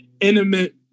intimate